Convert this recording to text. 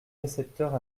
récepteurs